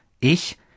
ich